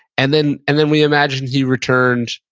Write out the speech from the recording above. and then and then we imagine he returned,